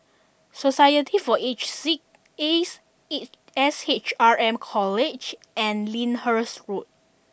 society for the Aged Sick Ace S H R M College and Lyndhurst school